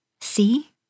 See